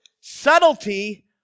subtlety